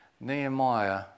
Nehemiah